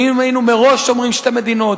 ואם היינו אומרים מראש שתי מדינות,